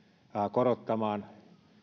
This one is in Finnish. korottamaan